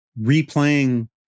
replaying